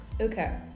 Okay